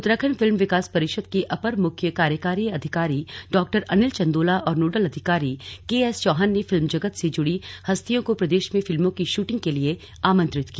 Uttarakhand film विकास परिषद के अपर मुख्य कार्यकारी अधिकारी डॉअनिल चन्दोला और नोडल अधिकारी केएसचौहान ने फिल्म जगत से जुड़ी हस्तियों को प्रदेश में फिल्मों की शूटिंग के लिए आमंत्रित किया